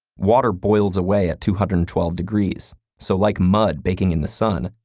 water boils away at two hundred and twelve degrees, so like mud baking in the sun,